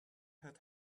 had